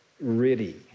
ready